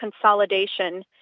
consolidation